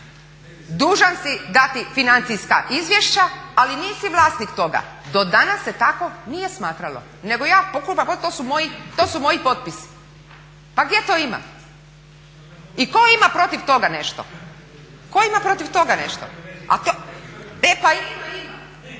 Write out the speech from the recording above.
dužan si dati financijska izvješća, ali nisi vlasnik toga. Do danas se tako nije smatralo, nego ja …/Govornica se ne razumije./… to su moji potpisi. Pa gdje to ima? I tko ima protiv toga nešto? E pa ima, ima.